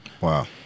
Wow